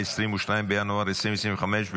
22 בינואר 2025,